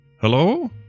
Hello